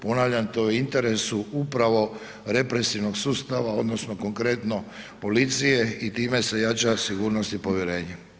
Ponavljam, to je u interesu upravo represivnog sustava odnosno konkretno policije i time se jača sigurnost i povjerenje.